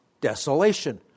desolation